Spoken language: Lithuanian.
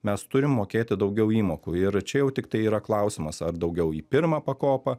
mes turim mokėti daugiau įmokų ir čia jau tiktai yra klausimas ar daugiau į pirmą pakopą